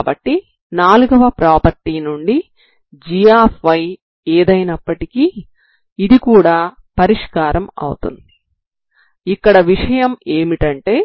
కాబట్టి 4 వ ప్రాపర్టీ నుండి g ఏదైనప్పటికీ ఇది కూడా పరిష్కారం అవుతుంది ఇక్కడ విషయం ఏమిటంటే